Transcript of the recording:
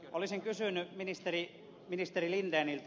olisin kysynyt ministeri lindeniltä